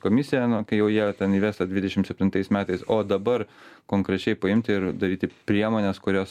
komisija nuo kai jau jie ten įves tą dvidešimt septintais metais o dabar konkrečiai paimti ir daryti priemones kurios